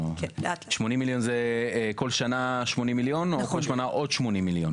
כל שנה 80 מיליון או כל שנה עוד 80 מיליון?